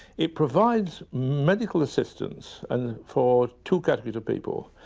it provides medical assistance and for two categories of people.